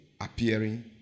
appearing